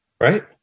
Right